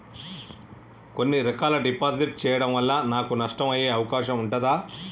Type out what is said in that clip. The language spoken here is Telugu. కొన్ని రకాల డిపాజిట్ చెయ్యడం వల్ల నాకు నష్టం అయ్యే అవకాశం ఉంటదా?